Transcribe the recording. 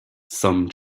some